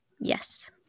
Yes